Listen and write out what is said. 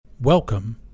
Welcome